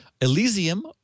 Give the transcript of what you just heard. Elysium